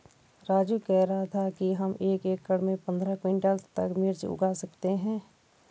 राजू कह रहा था कि हम एक एकड़ में पंद्रह क्विंटल तक मिर्च उगा सकते हैं